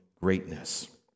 greatness